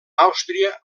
àustria